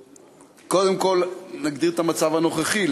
קודם כול, נגדיר את המצב הנוכחי.